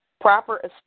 proper